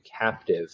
captive